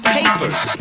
papers